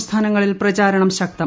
സംസ്ഥാനങ്ങളിൽ പ്രചാരണം ശക്തം